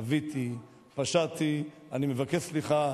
עוויתי, פשעתי, אני מבקש סליחה.